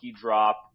drop